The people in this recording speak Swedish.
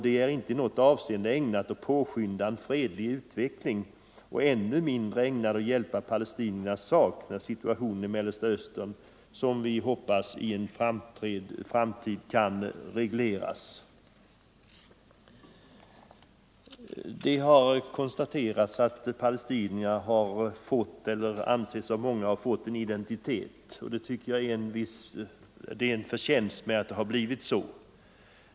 De är inte i något avseende ägnade att påskynda en fredlig utveckling. Och ännu mindre är de ägnade att hjälpa palestiniernas sak när situationen i Mellersta Östern, som vi hoppas, i en framtid kan regleras. Det har konstaterats att palestinierna har fått eller av många anses ha fått en identitet, och det tycker jag är till fördel.